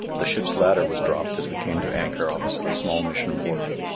the ship's ladder was dropped as we came to anchor opposite the small mission wharf.